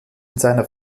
seiner